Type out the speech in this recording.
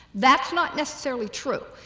that's not necessarily true.